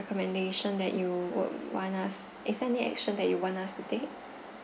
recommendation that you would want us is there any action that you want us to take